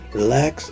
relax